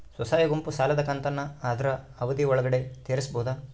ಸ್ವಸಹಾಯ ಗುಂಪು ಸಾಲದ ಕಂತನ್ನ ಆದ್ರ ಅವಧಿ ಒಳ್ಗಡೆ ತೇರಿಸಬೋದ?